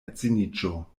edziniĝo